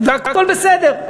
והכול בסדר.